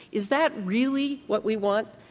is that really what we want?